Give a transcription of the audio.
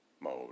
mode